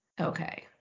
okay